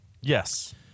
yes